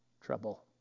trouble